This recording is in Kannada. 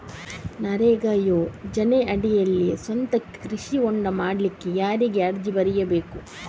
ನರೇಗಾ ಯೋಜನೆಯಡಿಯಲ್ಲಿ ಸ್ವಂತಕ್ಕೆ ಕೃಷಿ ಹೊಂಡ ಮಾಡ್ಲಿಕ್ಕೆ ಯಾರಿಗೆ ಅರ್ಜಿ ಬರಿಬೇಕು?